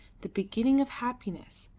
the beginning of happiness,